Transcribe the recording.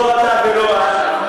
לא אתה ולא את.